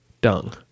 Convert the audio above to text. dung